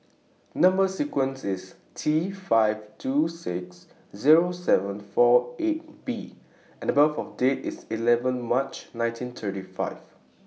Number sequence IS T five two six Zero seven four eight B and Date of birth IS eleven March nineteen thirty five